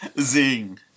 Zing